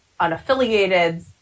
unaffiliated